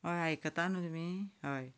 हय आयकता न्हय तुमी हय